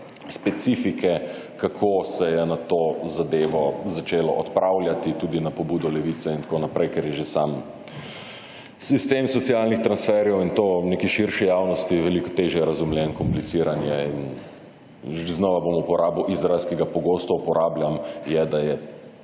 specifike, kako se je na to zadevo začelo odpravljati, tudi na pobudo Levice in tako naprej, ker je že sam sistem socialnih transferjev in to v neki širši javnosti veliko težje razumljen, kompliciranje in znova bom uporabil izraz, ki ga pogosto uporabljam, je, da je